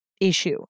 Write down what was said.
issue